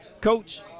Coach